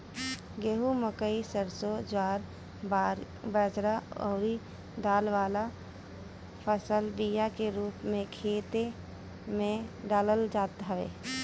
गेंहू, मकई, सरसों, ज्वार बजरा अउरी दाल वाला फसल बिया के रूप में खेते में डालल जात हवे